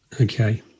Okay